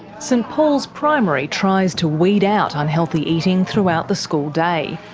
st paul's primary tries to weed out unhealthy eating throughout the school day.